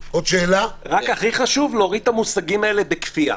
הכי חשוב להוריד את המושגים בכפייה.